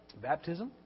baptism